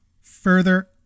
further